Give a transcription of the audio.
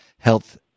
health